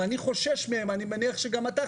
ואני חושש ממנו אני מניח שגם אתה,